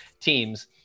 teams